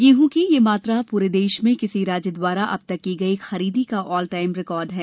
गेहूँ की यह मात्रा पूरे देश में किसी राज्य द्वारा अब तक की गई खरीदी का ऑलटाइम रिकार्ड है